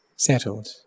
Settled